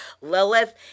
Lilith